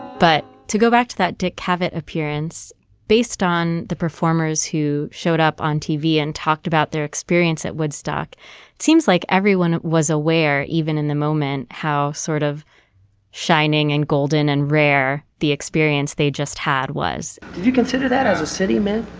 but to go back to that dick cavett appearance based on the performers who showed up on tv and talked about their experience at woodstock it seems like everyone was aware. even in the moment how sort of shining and golden and rare. the experience they just had was did you consider that as a city man.